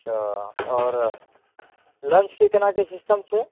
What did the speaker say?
अच्छा आओर लन्चके केना की सिस्टम छै